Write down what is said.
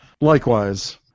Likewise